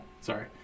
Sorry